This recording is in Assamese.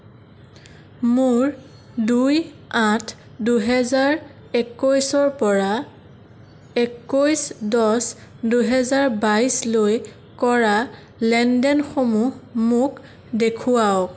মোৰ দুই আঠ দুহাজাৰ একৈছৰ পৰা একৈছ দহ দুহাজাৰ বাইছলৈ কৰা লেনদেনসমূহ মোক দেখুৱাওক